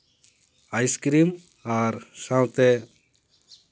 ice cream ᱥᱟᱶᱛᱮ